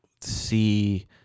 see